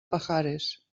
pajares